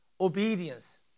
Obedience